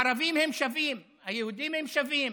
הערבים הם שווים, היהודים הם שווים,